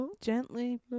Gently